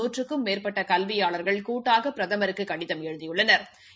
நூற்றுக்கும் மேற்பட்ட கல்வியாளா்கள் கூட்டாக பிரதமருக்கு கடிதம் எழுதியுள்ளனா்